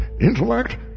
Intellect